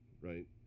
right